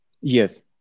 Yes